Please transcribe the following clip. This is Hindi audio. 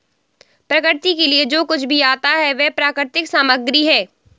प्रकृति के लिए जो कुछ भी आता है वह प्राकृतिक सामग्री है